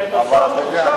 כי אתה שר מוכשר.